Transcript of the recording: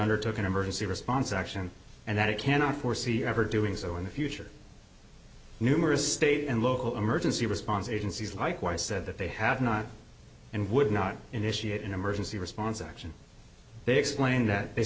undertook an emergency response action and that it cannot foresee ever doing so in the future numerous state and local emergency response agencies like i said that they have not and would not initiate an emergency response action they explain that they